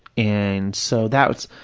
and so that's,